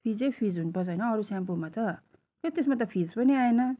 फिजै फिज हुनु पर्छ हैन अरू स्याम्पोमा त खै तेस्मा त फिँज पनि आएन